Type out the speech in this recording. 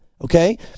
okay